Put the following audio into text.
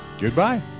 Goodbye